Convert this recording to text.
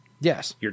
Yes